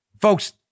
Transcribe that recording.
Folks